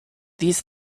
these